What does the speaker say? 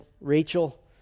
Rachel